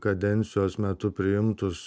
kadencijos metu priimtus